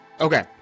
Okay